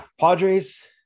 Padres